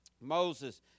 Moses